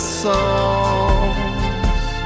songs